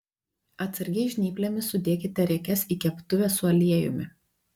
atsargiai žnyplėmis sudėkite riekes į keptuvę su aliejumi